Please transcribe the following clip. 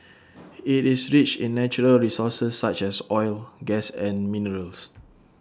IT is rich in natural resources such as oil gas and minerals